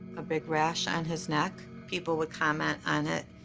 a big rash on his neck. people would comment on it.